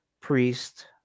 priest